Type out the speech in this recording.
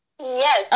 Yes